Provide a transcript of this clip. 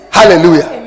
Hallelujah